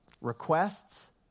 requests